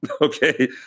okay